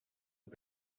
und